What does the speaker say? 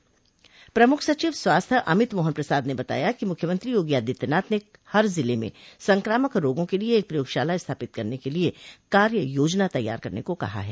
प्रमुख सचिव स्वास्थ्य अमित मोहन प्रसाद ने बताया कि मुख्यमंत्री योगी आदित्यनाथ ने हर जिले में संक्रामक रोगों के लिये एक प्रयोगशाला स्थापित करने के लिये कार्य योजना तैयार करने को कहा है